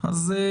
מה שחשוב לנו,